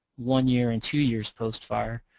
one year and two years post-fire.